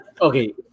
Okay